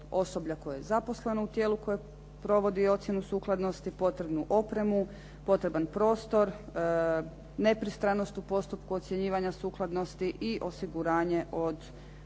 osoblja koje je zaposleno u tijelu koje provodi ocjenu sukladnosti, potrebnu opremu, potreban prostor, nepristranost u postupku ocjenjivanja sukladnosti i osiguranje od